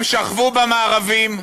הם שכבו במארבים,